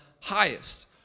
highest